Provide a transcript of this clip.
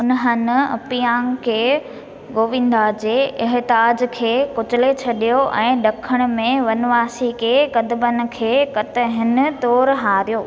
उन्हनि अपियांक खे गोविंदा जे एहताज खे कुचले छडि॒यो ऐं ड॒खिण में वनवासी खे कदबनि खे कतहिनि तौरु हारियो